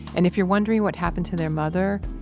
and, if you're wondering what happened to their mother,